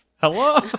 hello